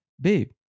babe